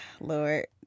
Lord